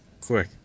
quick